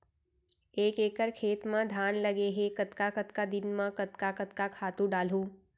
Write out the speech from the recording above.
एक एकड़ खेत म धान लगे हे कतका कतका दिन म कतका कतका खातू डालहुँ?